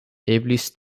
eblis